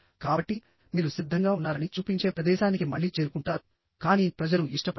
కాబట్టి మీరు సిద్ధంగా ఉన్నారని చూపించే ప్రదేశానికి మళ్లీ చేరుకుంటారుకానీ ప్రజలు ఇష్టపడరు